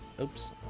Oops